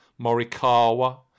Morikawa